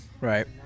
Right